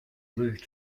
lose